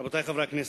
רבותי חברי הכנסת,